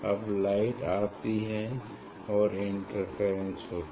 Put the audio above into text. अब लाइट आती है और इंटरफेरेंस होगा